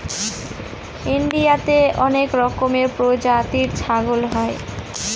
ইন্ডিয়াতে অনেক রকমের প্রজাতির ছাগল হয়